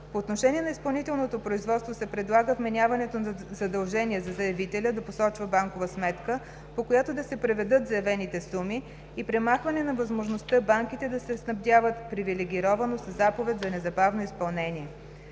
По отношение на изпълнителното производство се предлага вменяването на задължение за заявителя да посочва банкова сметка, по която да се преведат заявените суми, и премахване на възможността банките да се снабдяват привилегировано със заповед за незабавно изпълнение.